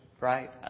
right